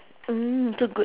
mm so good